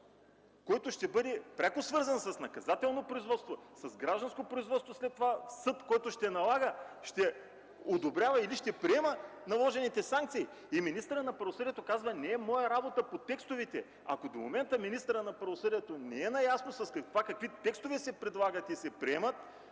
който ще бъде пряко свързан с наказателно производство, с гражданско производство, след това – съд, който ще налага, ще одобрява или ще приема наложените санкции, и министърът на правосъдието казва: „Не е моя работа” по текстовете! Ако до момента министърът на правосъдието не е наясно какви текстове се предлагат и се приемат,